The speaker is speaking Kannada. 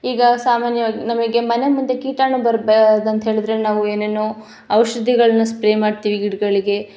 ಈಗ ಸಾಮಾನ್ಯವಾಗಿ ನಮಗೆ ಮನೆ ಮುಂದೆ ಕೀಟಾಣು ಬರಬಾರ್ದಂತ ಹೇಳಿದ್ರೆ ನಾವು ಏನೇನೋ ಔಷಧಿಗಳನ್ನ ಸ್ಪ್ರೇ ಮಾಡ್ತೀವಿ ಗಿಡಗಳಿಗೆ